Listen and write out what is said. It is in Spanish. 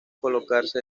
colocarse